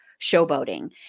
showboating